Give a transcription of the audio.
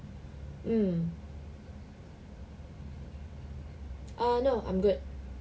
um err no I'm good